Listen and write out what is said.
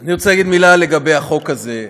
אני רוצה להגיד מילה לגבי החוק הזה,